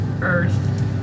earth